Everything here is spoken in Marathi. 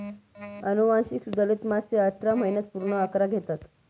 अनुवांशिक सुधारित मासे अठरा महिन्यांत पूर्ण आकार घेतात